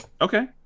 Okay